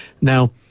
Now